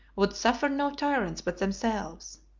would suffer no tyrants but themselves.